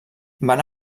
van